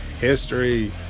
history